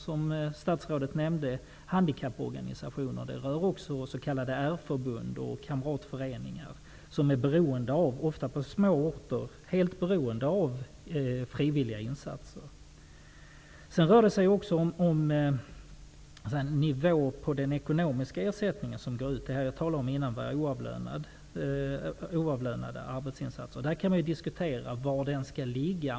Som statsrådet nämnde rör detta handikapporganisationer, s.k. R-förbund och kamratföreningar, som på små orter ofta är helt beroende av frivilliga insatser. Vidare rör det sig om nivån för den ekonomiska ersättningen -- vi har ju tidigare talat om oavlönade arbetsinsatser. Man kan diskutera nivån.